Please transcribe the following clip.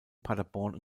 paderborn